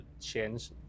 change